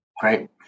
Great